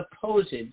supposed